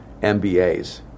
MBAs